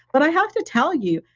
but i have to tell you,